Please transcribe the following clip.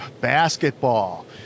basketball